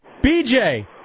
BJ